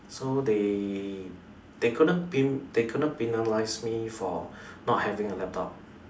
so they they couldn't pe~ they couldn't penalise me for not having a laptop